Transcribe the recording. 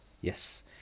Yes